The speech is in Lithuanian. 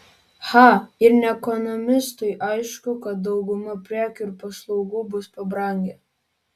cha ir ne ekonomistui aišku kad dauguma prekių ir paslaugų bus pabrangę